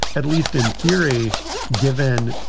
at least in theory given.